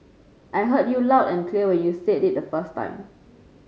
I heard you loud and clear when you said it the first time